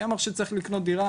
מי אמר שצריך לקנות דירה,